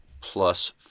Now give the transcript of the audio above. plus